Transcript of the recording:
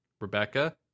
rebecca